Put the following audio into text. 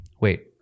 Wait